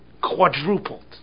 quadrupled